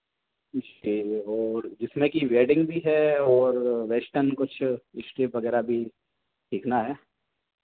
stay होड जिसमें की वेडिंग भी है और वेस्टर्न कुछ स्टेप वगैरह भी सीखना है